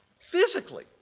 physically